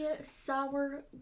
sour